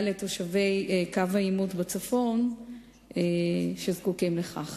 לתושבי קו העימות בצפון שזקוקים לכך.